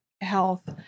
health